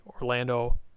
Orlando